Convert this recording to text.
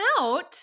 out